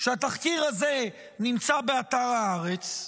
שהתחקיר הזה נמצא באתר הארץ,